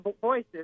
voices